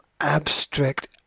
abstract